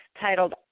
titled